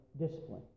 discipline